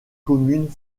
communes